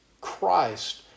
Christ